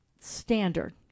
standard